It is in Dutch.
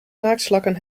naaktslakken